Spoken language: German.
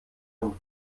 und